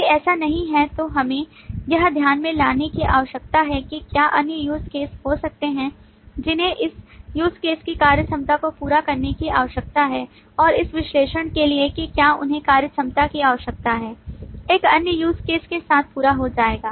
यदि ऐसा नहीं है तो हमें यह ध्यान में लाना की आवश्यकता है कि क्या अन्य use case हो सकते हैं जिन्हें इस USE CASE की कार्यक्षमता को पूरा करने की आवश्यकता है और इस विश्लेषण के लिए कि क्या उन्हें कार्यक्षमता की आवश्यकता है एक अन्य use case के साथ पूरा हो जाएगा